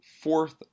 fourth